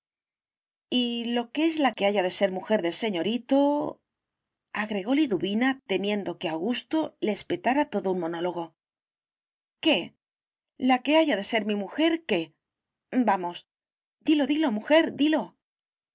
y lo que es la que haya de ser mujer del señorito agrego liduvina temiendo que augusto les espetara todo un monólogo qué la que haya de ser mi mujer qué vamos dilo dilo mujer dilo